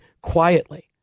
quietly